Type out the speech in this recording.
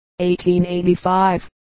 1885